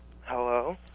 Hello